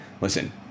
Listen